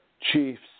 Chiefs